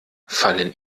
fallen